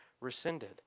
rescinded